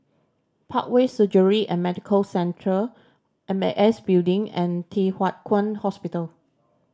Parkway Surgery and Medical Centre M A S Building and Thye Hua Kwan Hospital